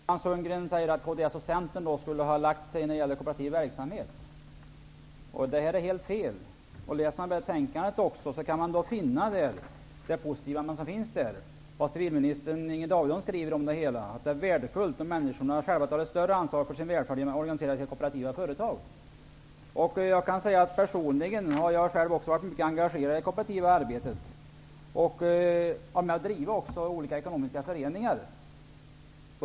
Herr talman! Roland Sundgren säger att kds och Centern skulle ha lagt sig när det gäller kooperativ verksamhet. Det är helt fel. I betänkandet kan man läsa positiva saker om denna verksamhet. Civilminister Inger Davidson skriver att det är värdefullt om människorna själva tar ett större ansvar för sin välfärd genom att organisera sig i kooperativa företag. Jag har personligen varit mycket engagerad i kooperativt arbete, och jag har varit med om att driva olika ekonomiska föreningar.